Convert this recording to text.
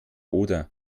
oder